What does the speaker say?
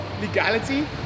legality